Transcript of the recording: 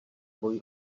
boj